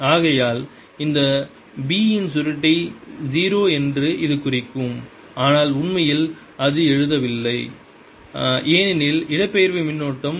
ஆகையால் இந்த B இன் சுருட்டை 0 என்று இது குறிக்கும் ஆனால் உண்மையில் அது எழுவதில்லை ஏனெனில் இடப்பெயர்வு மின்னோட்டம்